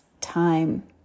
time